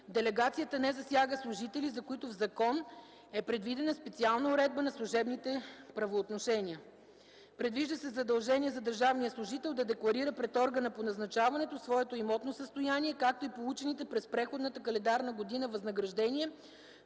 Делегацията не засяга служители, за които в закон е предвидена специална уредба на служебните правоотношения. Предвижда се задължение за държавния служител да декларира пред органа по назначаването своето имотно състояние, както и получените през предходната календарна година възнаграждения,